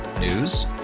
News